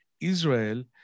Israel